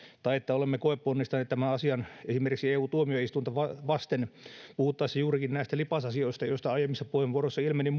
tai olemmeko koeponnistaneet tämän asian esimerkiksi eu tuomioistuinta vasten puhuttaessa juurikin näistä lipasasioista joista aiemmissa puheenvuoroissa ilmeni